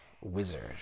wizard